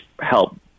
help